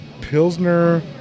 Pilsner